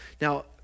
Now